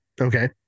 Okay